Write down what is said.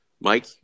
Mike